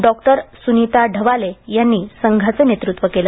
डॉ सुनीता ढवाले यांनी संघाचं नेतृत्व केलं